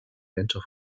mentor